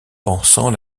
pensant